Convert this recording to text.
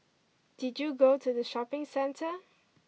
did you go to the shopping centre